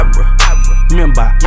remember